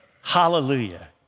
hallelujah